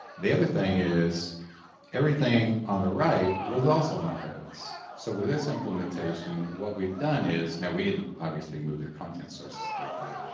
the other thing is everything on the right was also on-premise. so with this implementation, what we've done is now we didn't obviously move their content sources to the cloud.